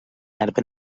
erbyn